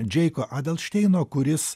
džeiko adelšteino kuris